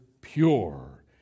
pure